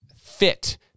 fit